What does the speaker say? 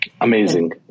Amazing